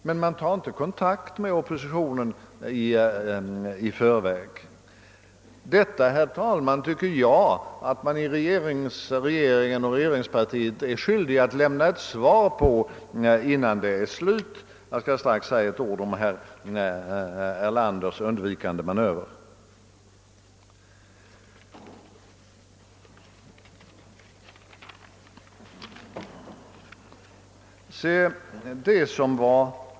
Men man tog alltså inte kontakt med oppositionen i förväg och detta anser jag, herr talman, att regeringspartiet måste förklara innan debatten är slut. Jag skall strax säga några ord om herr Erlanders undvikande manöver.